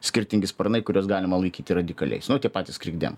skirtingi sparnai kuriuos galima laikyti radikaliais nu patys krikdemai